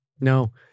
No